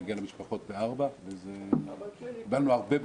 להגיע למשפחות ב-16:00 וקיבלנו הרבה בקשות.